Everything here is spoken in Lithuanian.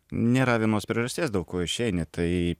nėra vienos priežasties dėl ko išeini tai